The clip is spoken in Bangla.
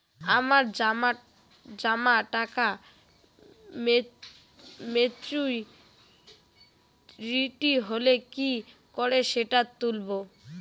আমার জমা টাকা মেচুউরিটি হলে কি করে সেটা তুলব?